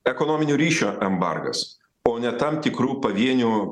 ekonominio ryšio embargas o ne tam tikrų pavienių